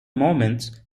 moments